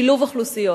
שילוב אוכלוסיות.